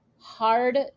hard